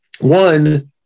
one